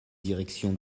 direction